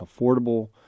affordable